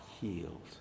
healed